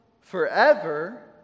forever